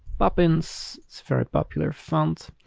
poppins, its very popular font.